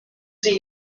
sie